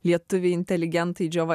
lietuviai inteligentai džiova